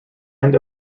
end